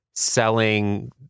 selling